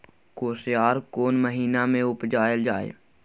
कोसयार कोन महिना मे उपजायल जाय?